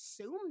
assume